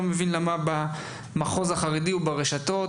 לא מבין למה במחוז החרדי או ברשתות